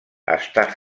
està